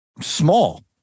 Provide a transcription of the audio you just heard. small